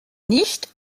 nicht